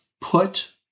put